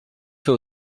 fait